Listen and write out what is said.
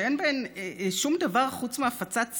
שאין בהן שום דבר חוץ מהפצת שנאה,